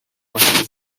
محل